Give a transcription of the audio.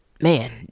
man